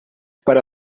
para